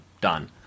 Done